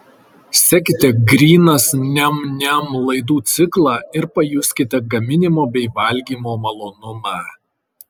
sekite grynas niam niam laidų ciklą ir pajuskite gaminimo bei valgymo malonumą